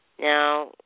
Now